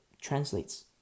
translates